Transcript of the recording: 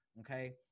okay